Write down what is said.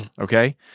Okay